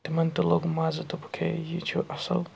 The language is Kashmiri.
تِمَن تہِ لوٚگ مَزٕ دوٚپُکھ ہے یہِ چھُ اَصٕل